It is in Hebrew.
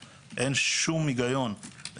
או פשוט לסגור אותו.